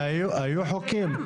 והיו חוקים.